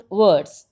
words